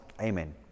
amen